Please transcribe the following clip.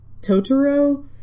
Totoro